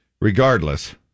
regardless